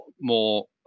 more